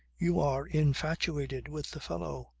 you are infatuated with the fellow,